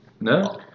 No